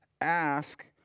ask